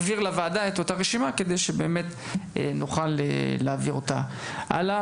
שבאמת נוכל להעביר אותה הלאה.